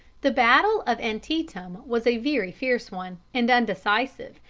the battle of antietam was a very fierce one, and undecisive,